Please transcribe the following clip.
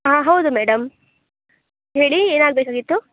ಹಾಂ ಹೌದು ಮೇಡಮ್ ಹೇಳಿ ಏನಾಗಬೇಕಾಗಿತ್ತು